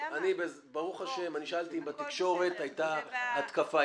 ברוך השם, שאלתי אם בתקשורת הייתה התקפה.